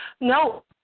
No